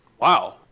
Wow